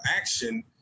action